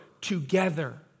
together